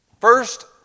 First